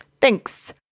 thanks